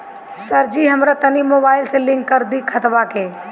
सरजी हमरा तनी मोबाइल से लिंक कदी खतबा के